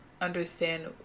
understand